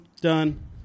done